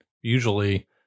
usually